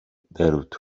det